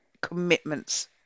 commitments